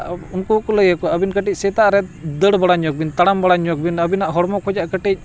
ᱩᱱᱠᱩ ᱦᱚᱸᱠᱚ ᱞᱟᱹᱭ ᱟᱠᱚᱣᱟ ᱟᱹᱵᱤᱱ ᱠᱟᱹᱴᱤᱡ ᱥᱮᱛᱟᱜ ᱨᱮ ᱫᱟᱹᱲ ᱵᱟᱲᱟ ᱧᱚᱜᱽ ᱵᱤᱱ ᱛᱟᱲᱟᱢ ᱵᱟᱲᱟ ᱧᱚᱜᱽ ᱵᱤᱱ ᱟᱹᱵᱤᱱᱟᱜ ᱦᱚᱲᱢᱚ ᱠᱷᱚᱱᱟᱜ ᱠᱟᱹᱴᱤᱡ